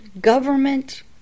government